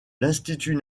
l’institut